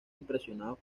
impresionados